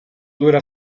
dura